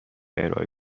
ارائه